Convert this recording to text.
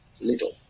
little